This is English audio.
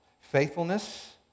Faithfulness